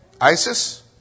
ISIS